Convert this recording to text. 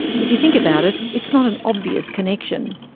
if you think about it, it's not an obvious connection.